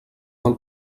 del